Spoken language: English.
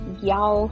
y'all